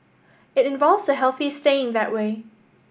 it involves the healthy staying that way